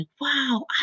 wow